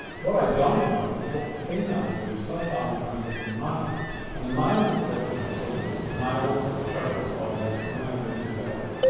what i don't know is what the females do. so far we've only got the males and the males are collected because male trapdoor spiders, when they emerge as adults,